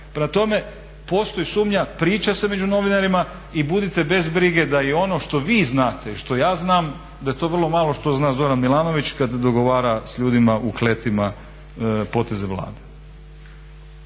tome, postoji sumnja, priča se među novinarima i budite bez brige da i ono što vi znate i što ja znam da je to vrlo malo što zna Zoran Milanović kad dogovara s ljudima u kletima poteze Vlade.